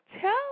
Tell